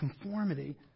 Conformity